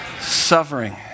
suffering